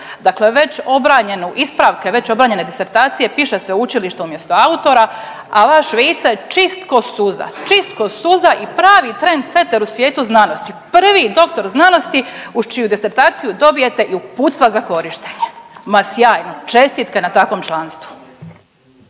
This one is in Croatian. Dakle već obranjenu, ispravke već obranjene disertacije piše sveučilište umjesto autora, a vaš Vice čist k'o suza, čist k'o suza i pravi trendseter u svijetu znanosti. Prvi doktor znanosti uz čiju disertaciju dobijete i uputstva za korištenje. Ma sjajno, čestitke na takvom članstvu.